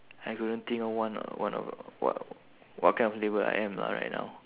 I couldn't think of one ah one of uh what what kind of label I am lah right now